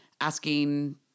asking